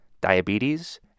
diabetes